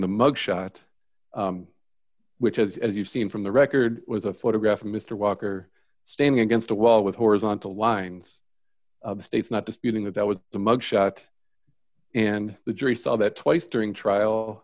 the mug shot which is as you've seen from the record was a photograph of mr walker standing against a wall with horizontal lines states not disputing that that was the mug shot and the jury saw that twice during trial